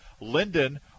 Linden